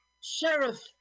Sheriff